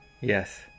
Yes